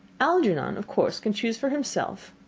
algernon, of course, can choose for himself.